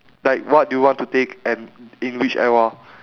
like what do you want to take and in which era